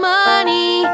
money